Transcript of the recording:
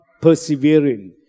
persevering